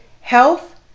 health